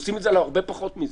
עושים את זה על הרבה פחות מזה.